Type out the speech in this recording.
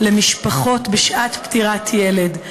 למשפחות בשעת פטירת ילד,